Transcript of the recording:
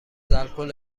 الکل